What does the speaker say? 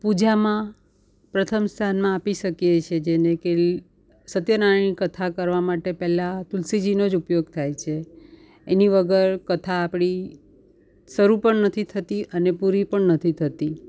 પૂજામાં પ્રથમ સ્થાનમાં આપી શકીએ છીએ કે જે ને કે સત્યનારાયણની કથા કરવા માટે પહેલાં તુલસીજીનો જ ઉપયોગ થાય છે એની વગર કથા આપણી શરૂ પણ નથી થતી અને પૂરી પણ નથી થતી